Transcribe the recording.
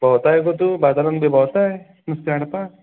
भोंवताय गो तूं बाजारान बी भोंवताय नुस्तें हाडपाक